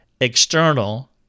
external